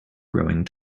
growing